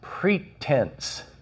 pretense